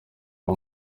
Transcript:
aho